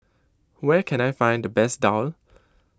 where can I find the best Daal